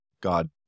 God